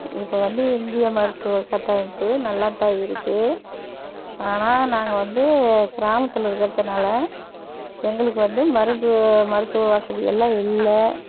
இப்போ வந்து இந்திய மருத்துவ கட்டமைப்பு நல்லாத் தான் இருக்குது ஆனால் நாங்கள் வந்து கிராமத்தில் இருக்கறதுனால் எங்களுக்கு வந்து மருந்து மருத்துவ வசதியெல்லாம் இல்லை